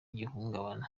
ihungabana